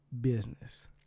business